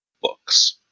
books